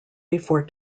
before